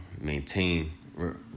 maintain